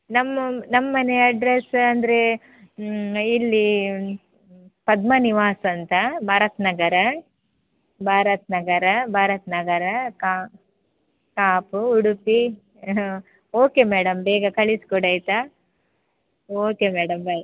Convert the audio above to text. ನಮ್ಮ ನಮ್ಮಮನೆ ಅಡ್ರೆಸ್ ಅಂದರೆ ಇಲ್ಲಿ ಪದ್ಮ ನಿವಾಸ ಅಂತಾ ಭಾರತ್ ನಗರ ಭಾರತ್ ನಗರ ಭಾರತ್ ನಗರ ಕಾಪು ಉಡುಪಿ ಓಕೆ ಮೇಡಮ್ ಬೇಗ ಕಳಿಸ್ಕೊಡಿ ಆಯಿತಾ ಓಕೆ ಮೇಡಮ್ ಬಾಯ್